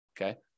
okay